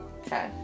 Okay